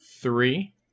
three